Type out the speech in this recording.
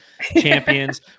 champions